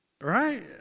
Right